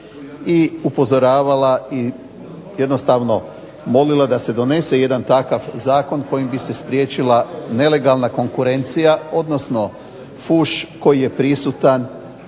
i upozoravala i jednostavno molila da se donese jedan takav zakon kojim bi se spriječila nelegalna konkurencija odnosno fuš koji je prisutan